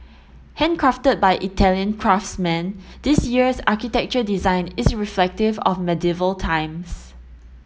handcrafted by Italian craftsmen this year's architecture design is reflective of medieval times